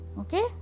Okay